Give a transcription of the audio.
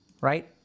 right